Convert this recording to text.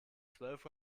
zwölf